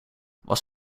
was